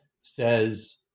says